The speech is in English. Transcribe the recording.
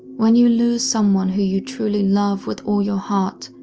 when you lose someone who you truly love with all your heart,